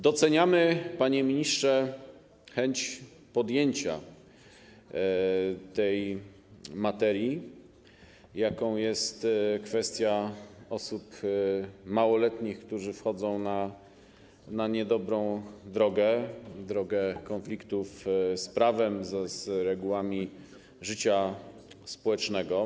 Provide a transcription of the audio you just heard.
Doceniamy, panie ministrze, chęć podjęcia tej materii, jaką jest kwestia osób małoletnich, które wchodzą na niedobrą drogę, drogę konfliktów z prawem, z regułami życia społecznego.